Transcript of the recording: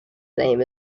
name